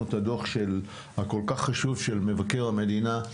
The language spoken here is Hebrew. את הדוח הכול כך חשוב של מבקר המדינה,